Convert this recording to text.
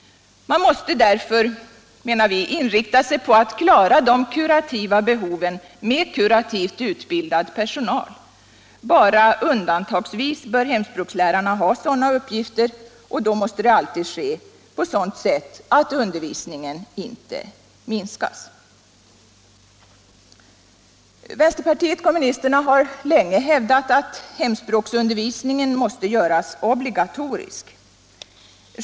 Man måste därför, menar vi, inrikta sig på att klara de kurativa behoven med kurativt utbildad personal. Bara undantagsvis bör hemspråkslärarna ha sådana uppgifter, och då måste det alltid ske på ett sådant sätt att undervisningen inte minskas. Vänsterpartiet kommunisterna har länge hävdat att hemspråksundervisningen måste göras obligatorisk.